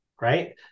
right